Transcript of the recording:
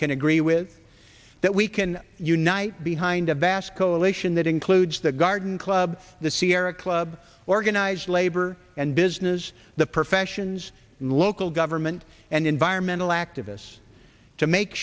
agree with that we can unite behind a vast coalition that includes the garden club the sierra club organized labor and business the professions in local government and environmental activists to make